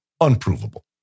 unprovable